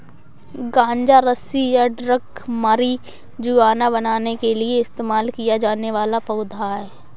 गांजा रस्सी या ड्रग मारिजुआना बनाने के लिए इस्तेमाल किया जाने वाला पौधा है